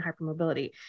hypermobility